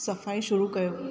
सफ़ाई शुरू कयो